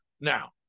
Now